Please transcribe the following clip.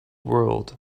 world